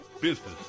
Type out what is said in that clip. Business